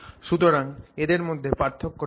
সুতরাং এদের মধ্যে পার্থক্যটা কি